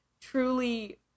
truly